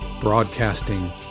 broadcasting